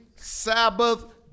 sabbath